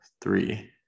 three